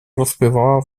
rozpływała